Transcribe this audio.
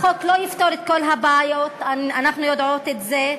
החוק לא יפתור את כל הבעיות, אנחנו יודעות את זה.